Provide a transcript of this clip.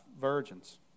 virgins